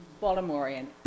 Baltimorean